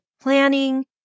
Planning